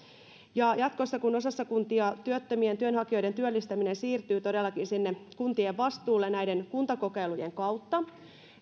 ja kun jatkossa osassa kuntia työttömien työnhakijoiden työllistäminen siirtyy todellakin sinne kuntien vastuulle näiden kuntakokeilujen kautta